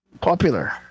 popular